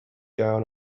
down